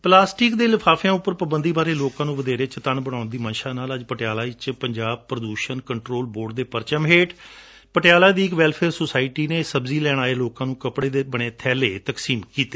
plastic ਦੇ ਲਿਫ਼ਾਫਿਆਂ ਉਪਰ ਪਾਬੰਦੀ ਬਾਰੇ ਲੋਕਾਂ ਨੂੰ ਵਧੇਰੇ ਚਤੰਨ ਬਣਾਉਣ ਦੀ ਮੰਸ਼ਾ ਨਾਲ ਅੱਜ ਪਟਿਆਲਾ ਵਿਚ ਪੰਜਾਬ ਪ੍ਦੁਸ਼ਣ ਕੰਟਰੋਲ ਬੋਰਡ ਦੇ ਪਰਚਮ ਹੇਠਾਂ ਪਟਿਆਲਾ ਦੀ ਇਕ ਵੈਲਫੇਅਰ ਸੋਸਾਇਟੀ ਨੇ ਸਬਜ਼ੀ ਲੈਣ ਆਏ ਲੋਕਾਂ ਨੂੰ ਕਪੜੇ ਦੇ ਬਣੇ ਥੈਲੇ ਤਕਸੀਮ ਕੀਤੇ